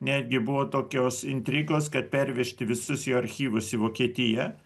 netgi buvo tokios intrigos kad pervežti visus jo archyvus į vokietiją